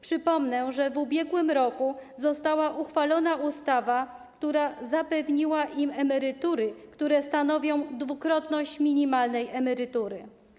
Przypomnę, że w ubiegłym roku została uchwalona ustawa zapewniająca im emerytury, które stanowią dwukrotność minimalnej emerytury.